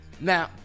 Now